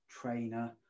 trainer